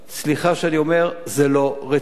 סליחה שאני אומר, זה לא רציני.